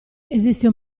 esiste